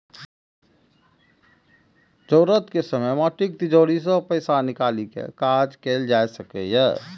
जरूरत के समय माटिक तिजौरी सं पैसा निकालि कें काज कैल जा सकैए